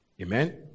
Amen